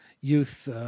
youth